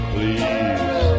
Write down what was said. Please